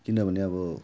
किनभने अब